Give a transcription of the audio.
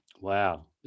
Wow